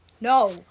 No